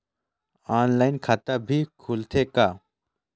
Online खाता भी खुलथे का?